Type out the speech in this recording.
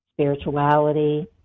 spirituality